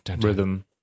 rhythm